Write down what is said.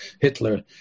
Hitler